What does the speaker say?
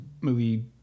movie